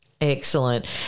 Excellent